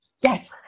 Yes